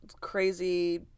crazy